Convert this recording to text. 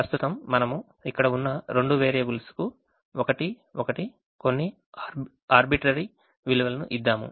ప్రస్తుతం మనము ఇక్కడ ఉన్న 2 వేరియబుల్స్ కు 1 1 కొన్ని ఆర్బిట్రరీ విలువలను ఇద్దాము